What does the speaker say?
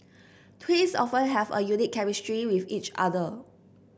twins often have a unique chemistry with each other